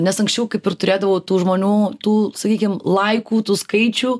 nes anksčiau kaip ir turėdavau tų žmonių tų sakykim laikų tų skaičių